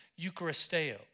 eucharisteo